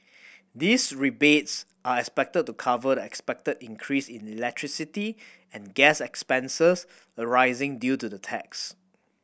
these rebates are expected to cover the expected increase in electricity and gas expenses arising due to the tax